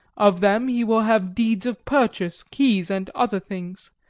of them he will have deeds of purchase, keys and other things.